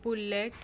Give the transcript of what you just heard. bullet